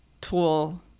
tool